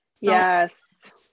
Yes